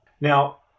Now